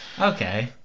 Okay